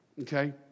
Okay